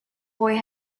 boy